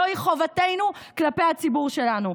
זוהי חובתנו כלפי הציבור שלנו.